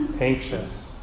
anxious